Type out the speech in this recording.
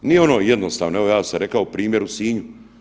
Nije ono jednostavno, evo ja sam rekao primjer u Sinju.